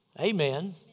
Amen